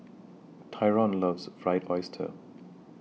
Tyrone loves Fried Oyster